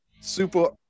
Super